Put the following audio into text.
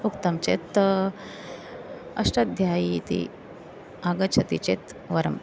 उक्तं चेत् अष्टध्यायी इति आगच्छति चेत् वरम्